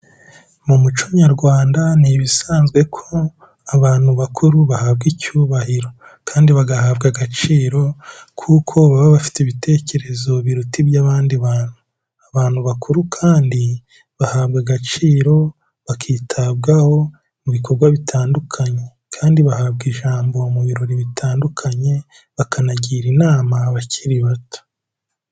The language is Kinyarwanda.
Mu muco nyarwanda ni ibisanzwe ko abantu bakuru bahabwa icyubahiro kandi bagahabwa agaciro kuko baba bafite ibitekerezo biruta iby'abandi bantu, abantu bakuru kandi bahabwa agaciro, bakitabwaho mu bikorwa bitandukanye, kandi bahabwa ijambo mu birori bitandukanye bakanagira inama abakiri bato.